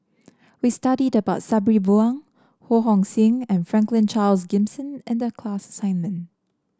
we studied about Sabri Buang Ho Hong Sing and Franklin Charles Gimson in the class assignment